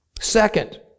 Second